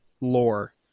lore